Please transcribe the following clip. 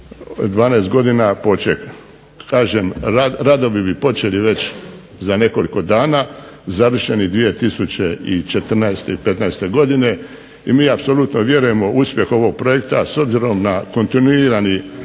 12 godina poček. Kažem, radovi bi počeli već za nekoliko dana. Završeni bi bili 2014. i 2015. godine. I mi apsolutno vjerujemo u uspjeh ovog projekta, a s obzirom na kontinuirani